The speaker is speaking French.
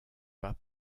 pas